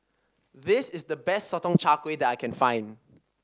this is the best Sotong Char Kway that I can find